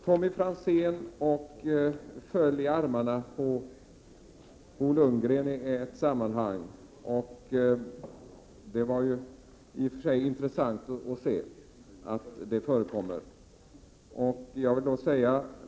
Tommy Franzén föll bildligt talat i armarna på Bo Lundgren i ett sammanhang. Det var ju i och för sig intressant att notera att detta kan förekomma.